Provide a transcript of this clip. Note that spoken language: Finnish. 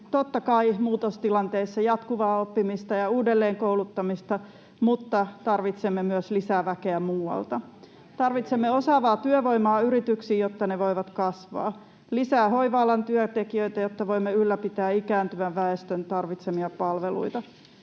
totta kai muutostilanteessa jatkuvaa oppimista ja uudelleenkouluttamista, mutta tarvitsemme myös lisää väkeä muualta. Tarvitsemme osaavaa työvoimaa yrityksiin, jotta ne voivat kasvaa, lisää hoiva-alan työntekijöitä, jotta voimme ylläpitää ikääntyvän väestön tarvitsemia palveluita.